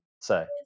say